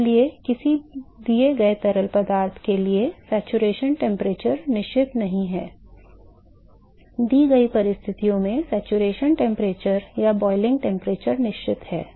इसलिए किसी दिए गए तरल पदार्थ के लिए संतृप्ति तापमान निश्चित नहीं है दी गई परिस्थितियों में संतृप्ति तापमान या ब्वॉयलिंग टेंपरेचर निश्चित हैं